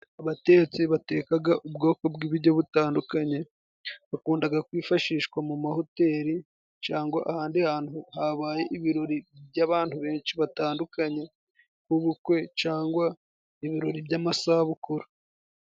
Abatetsi batekaga ubwoko bw'ibiryo butandukanye, bakundaga kwifashishwa mu mahoteri cangwa ahandi hantu habaye ibirori by'abantu benshi batandukanye, b'ubukwe cangwa ibirori by'amasabukuru.